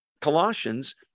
Colossians